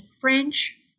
French